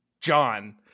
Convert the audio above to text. John